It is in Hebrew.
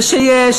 ושיש,